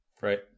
right